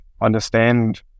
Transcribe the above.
understand